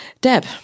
Deb